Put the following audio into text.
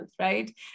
right